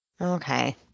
Okay